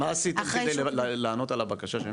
אחרי שהוא --- מה עשיתם כדי לענות על הבקשה שלי,